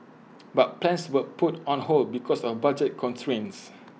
but plans were put on hold because of budget constraints